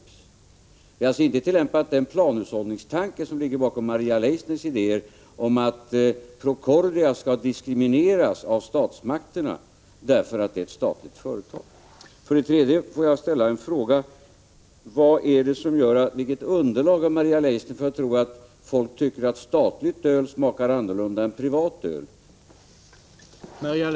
Vi har alltså inte tillämpat den planhushållningstanke som ligger bakom Maria Leissners idéer om att Procordia skall diskrimineras av statsmakterna därför att det är ett statligt företag. För det tredje: Får jag ställa en fråga? Vilket underlag har Maria Leissner när hon säger att folk tycker att statligt öl smakar annorlunda än privat öl?